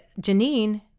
Janine